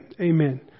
Amen